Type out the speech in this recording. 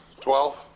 Twelve